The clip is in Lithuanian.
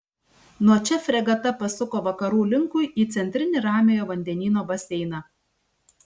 nuo čia fregata pasuko vakarų linkui į centrinį ramiojo vandenyno baseiną